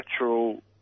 natural